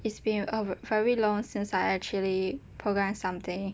it's been a very long since I actually programmed something